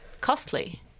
costly